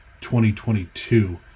2022